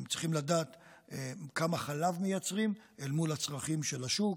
הן צריכות לדעת כמה חלב מייצרים אל מול הצרכים של השוק,